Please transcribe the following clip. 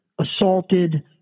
assaulted